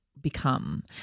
become